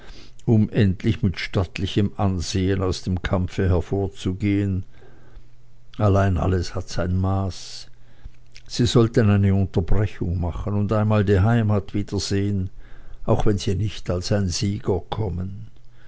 um endlich mit stattlichem ansehen aus dem kampfe hervorzugehen allein es hat alles sein maß sie sollten eine unterbrechung machen und einmal die heimat wiedersehen auch wenn sie nicht als ein sieger kommen